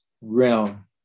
realm